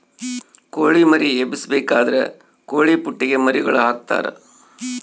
ಕೊಳಿ ಮರಿ ಎಬ್ಬಿಸಬೇಕಾದ್ರ ಕೊಳಿಪುಟ್ಟೆಗ ಮರಿಗೆ ಹಾಕ್ತರಾ